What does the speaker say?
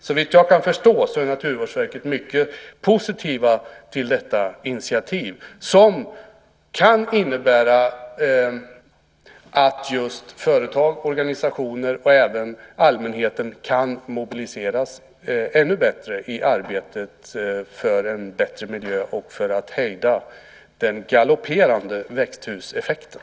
Såvitt jag kan förstå är Naturvårdsverket mycket positivt till detta initiativ, som innebär att företag och organisationer och även allmänheten kan mobiliseras ännu bättre i arbetet för en bättre miljö och för att hejda den galopperande växthuseffekten.